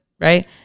right